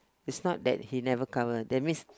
is not that he never cover that means